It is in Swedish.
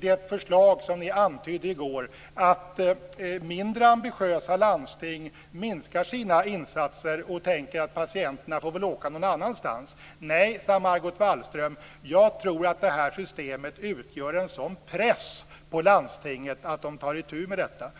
det förslag som ni antydde då kan leda till att mindre ambitiösa landsting minskar sina insatser och tänker att patienterna väl får åka någon annanstans. Nej, sade Margot Wallström, jag tror att det här systemet utgör en sådan press på landstinget att de tar itu med detta.